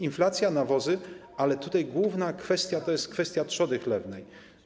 Inflacja, nawozy, ale tutaj główna kwestia to kwestia trzody chlewnej.